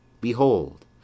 Behold